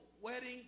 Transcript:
wedding